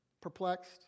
perplexed